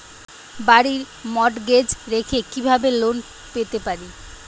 বাড়ি মর্টগেজ রেখে কিভাবে লোন পেতে পারি?